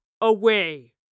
away